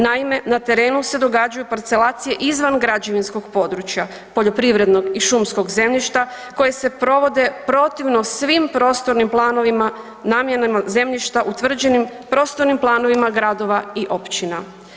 Naime, na terenu se događaju parcelacije izvan građevinskog područja, poljoprivrednog i šumskog zemljišta koje se provode protivno svim prostornim planovima i namjenama zemljišta utvrđenim prostornim planovima gradova i općina.